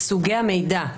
סוגי המידע,